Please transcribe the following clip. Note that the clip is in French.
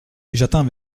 j’attends